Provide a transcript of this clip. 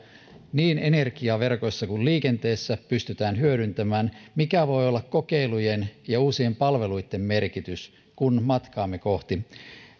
niin energiaverkoissa kuin liikenteessä pystytään hyödyntämään ja mikä voi olla kokeilujen ja uusien palveluitten merkitys kun matkaamme kohti